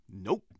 Nope